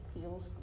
feels